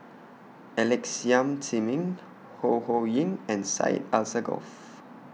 Alex Yam Ziming Ho Ho Ying and Syed Alsagoff